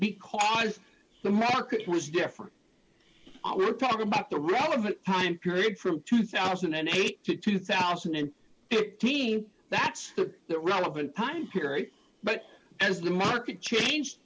because the market was different we're talking about the relevant time period from two thousand and eight to two thousand and thirteen that's the relevant time period but as the market change